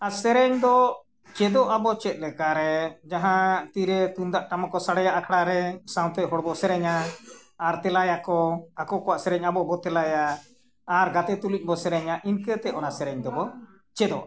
ᱟᱨ ᱥᱮᱨᱮᱧ ᱫᱚ ᱪᱮᱫᱚᱜ ᱟᱵᱚ ᱪᱮᱫ ᱞᱮᱠᱟ ᱨᱮ ᱡᱟᱦᱟᱸ ᱛᱤᱨᱮ ᱛᱩᱢᱫᱟᱜ ᱴᱟᱢᱟᱠ ᱠᱚ ᱥᱟᱰᱮᱭᱟ ᱟᱠᱷᱲᱟ ᱨᱮ ᱥᱟᱶᱛᱮ ᱦᱚᱲ ᱵᱚᱱ ᱥᱮᱨᱮᱧᱟ ᱟᱨ ᱛᱮᱞᱟᱭᱟᱠᱚ ᱟᱠᱚ ᱠᱚᱣᱟᱜ ᱥᱮᱨᱮᱧ ᱟᱵᱚ ᱵᱚᱱ ᱛᱮᱞᱟᱭᱟ ᱟᱨ ᱜᱟᱛᱮ ᱛᱩᱞᱩᱡ ᱵᱚᱱ ᱥᱮᱨᱮᱧᱟ ᱤᱱᱠᱟᱹᱛᱮ ᱚᱱᱟ ᱥᱮᱨᱮᱧ ᱫᱚᱵᱚᱱ ᱪᱮᱫᱚᱜᱼᱟ